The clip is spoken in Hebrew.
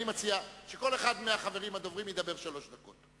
אני מציע שכל אחד מהחברים הדוברים ידבר שלוש דקות.